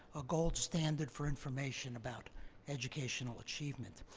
a gold standard for information about educational achievement.